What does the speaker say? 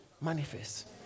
Manifest